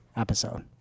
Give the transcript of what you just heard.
Episode